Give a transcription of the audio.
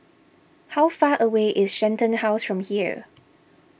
how far away is Shenton House from here